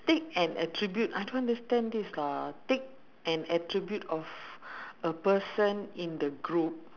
take an attribute I don't understand this lah take an attribute of a person in the group